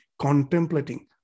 contemplating